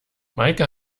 meike